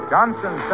Johnson